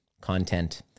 content